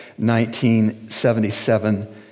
1977